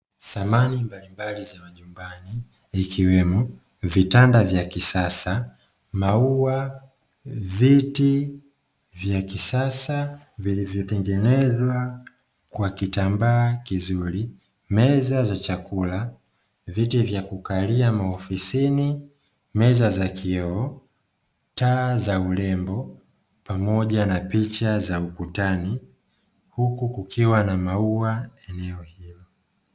samani mbalimbali za majumbani Ikiwemo vitanda vya kisasa maua ni ya kisasa kwa kitambaa kizuri meza za chakula vyeti vya kukalia maofisini za kioo za ure mbo mmoja na picha za ukuta mbuku kukiwa na maua eneo hilo